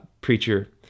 preacher